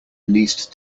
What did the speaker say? leased